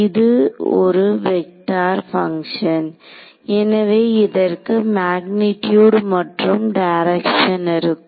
இது ஒரு vector function எனவே இதற்கு மக்னிடுயூட் மற்றும் டைரக்ஷன் இருக்கும்